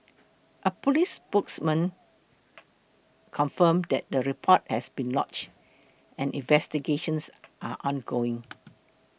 a police spokesman confirmed that the report has been lodged and investigations are ongoing